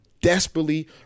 desperately